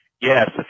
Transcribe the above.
yes